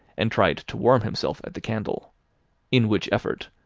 and tried to warm himself at the candle in which effort,